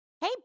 Hey